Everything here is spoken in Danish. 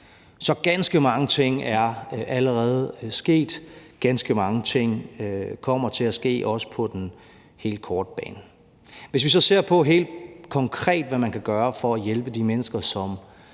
Så ganske mange ting er allerede sket; ganske mange ting kommer til at ske også på den helt korte bane. Kl. 13:09 Hvis vi så ser på, hvad man helt konkret kan gøre for at hjælpe de mennesker, som